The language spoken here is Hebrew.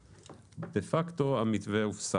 דה פקטו המתווה הופסק.